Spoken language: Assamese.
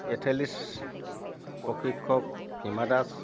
এথেলেটিক্ছ প্ৰশিক্ষক হিমা দাস